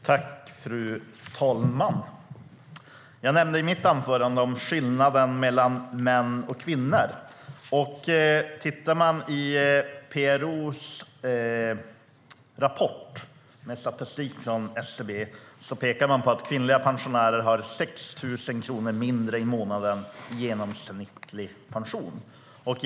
Fru talman! Jag nämnde i mitt anförande skillnaden mellan män och kvinnor. Om man tittar i PRO:s rapport med statistik från SCB ser man att det pekas på att kvinnliga pensionärer har 6 000 kronor mindre i månaden i genomsnittlig pension.